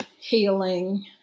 healing